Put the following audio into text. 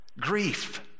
Grief